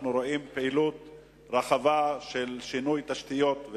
אנחנו רואים פעילות רחבה של שינוי תשתיות,